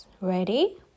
Ready